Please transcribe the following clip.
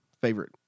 Favorite